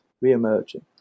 re-emerging